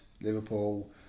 Liverpool